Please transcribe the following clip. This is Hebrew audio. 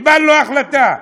קיבלנו החלטה.